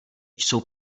jsou